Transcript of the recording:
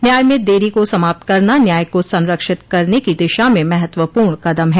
न्याय में देरी को समाप्त करना न्याय को संरक्षित करने की दिशा में महत्वपूर्ण कदम है